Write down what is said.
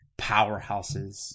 powerhouses